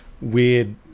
weird